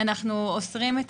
אנחנו אוסרים את